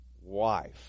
wife